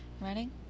running